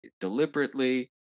deliberately